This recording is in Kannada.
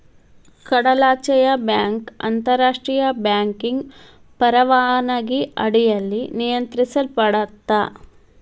ಕಡಲಾಚೆಯ ಬ್ಯಾಂಕ್ ಅಂತಾರಾಷ್ಟ್ರಿಯ ಬ್ಯಾಂಕಿಂಗ್ ಪರವಾನಗಿ ಅಡಿಯಲ್ಲಿ ನಿಯಂತ್ರಿಸಲ್ಪಡತ್ತಾ